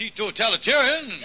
totalitarian